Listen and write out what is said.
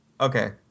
Okay